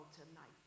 tonight